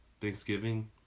Thanksgiving